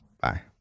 Bye